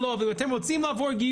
אבל הוא לא יהיה מוכר,